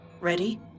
Ready